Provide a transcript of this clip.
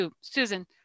susan